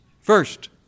First